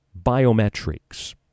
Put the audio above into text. biometrics